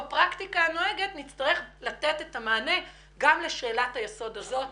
בפרקטיקה הנוהגת נצטרך לתת את המענה גם לשאלת היסוד הזאת,